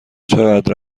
چقدر